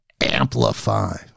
amplify